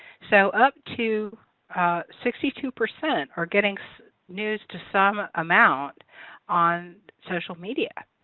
so up to sixty two percent are getting so news to some amount on social media.